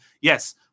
yes